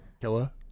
Killa